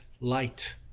light